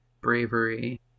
Bravery